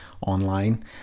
online